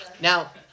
now